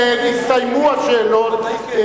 נסתיימו השאלות.